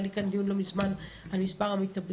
היה לי כאן דיון לא מזמן על מספר המתאבדים